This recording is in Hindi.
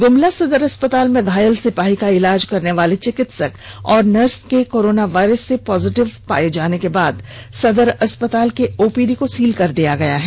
ग्ममला सदर अस्पताल में घायल सिपाही का इलाज करने वाले चिकित्सक और नर्स के कोरोना वायरस से पॉजिटिव पाये जाने के बाद सदर अस्पताल के ओपीडी को सील कर दिया गया है